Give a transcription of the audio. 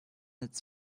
its